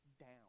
down